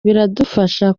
biradufasha